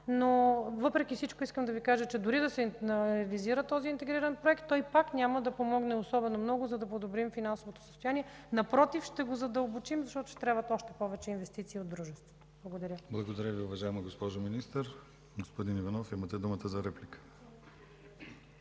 но въпреки всичко дори да се визира този интегриран проект, той пак няма да помогне особено много, за да подобри финансовото състояние. Напротив, ще го задълбочи, защото трябват още повече инвестиции от дружеството. Благодаря. ПРЕДСЕДАТЕЛ ДИМИТЪР ГЛАВЧЕВ: Благодаря Ви, уважаема госпожо Министър. Господин Иванов, имате думата за реплика.